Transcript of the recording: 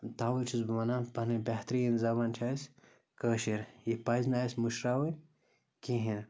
تَوَے چھُس بہٕ وَنان پَنٕنۍ بہتریٖن زَبان چھِ اَسہِ کٲشِر یہِ پَزِ نہٕ اَسہِ مٔشراوٕنۍ کِہیٖنۍ